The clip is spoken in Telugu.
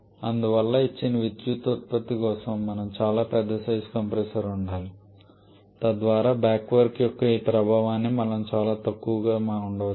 అందువల్ల ఇచ్చిన విద్యుత్ ఉత్పత్తి కోసం మనకు చాలా పెద్ద సైజు కంప్రెసర్ ఉండాలి తద్వారా బ్యాక్ వర్క్ యొక్క ఈ ప్రభావాన్ని మనం చాలా తక్కువగా ఉంచవచ్చు